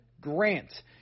grant